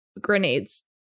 grenades